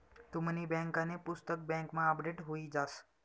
तुमनी बँकांनी पुस्तक बँकमा अपडेट हुई जास